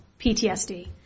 PTSD